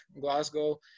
Glasgow